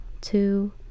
Two